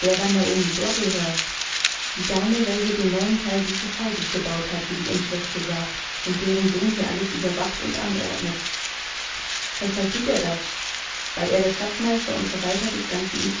wer war naomi brocklehurst die dame welche den neuen teil dieses hauses gebaut hat wie die inschrift besagt und deren sohn hier alles überwacht und anordnet weshalb thut er das weil er der schatzmeister und verwalter des ganzen